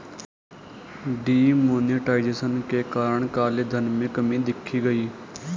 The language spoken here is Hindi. डी मोनेटाइजेशन के कारण काले धन में कमी देखी गई